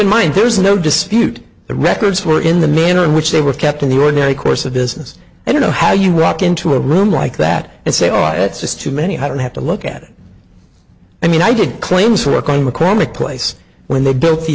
in mind there's no dispute the records were in the manner in which they were kept in the ordinary course of business i don't know how you walk into a room like that and say oh it's just too many i don't have to look at it i mean i did claims for work on mccormick place when they built the